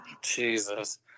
Jesus